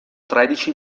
tredici